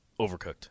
overcooked